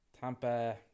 Tampa